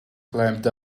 climbed